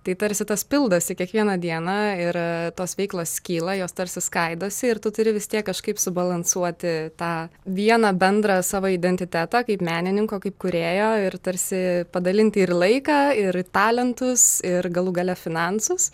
tai tarsi tas pildosi kiekvieną dieną ir tos veiklos skyla jos tarsi skaidosi ir tu turi vis tiek kažkaip subalansuoti tą vieną bendrą savo identitetą kaip menininko kaip kūrėjo ir tarsi padalinti ir laiką ir talentus ir galų gale finansus